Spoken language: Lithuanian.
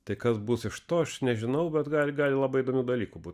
tai kas bus iš to aš nežinau bet gali gali labai įdomių dalykų būt